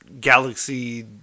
galaxy